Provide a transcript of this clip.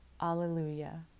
Alleluia